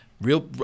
real